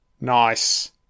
Nice